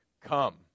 come